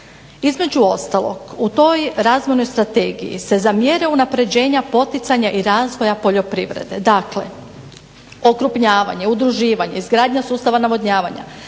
Između ostalog, u toj razvojnoj strategiji se za mjere unapređenja poticanja i razvoja poljoprivrede dakle okrupnjavanje, udruživanje, izgradnja sustava navodnjavanja,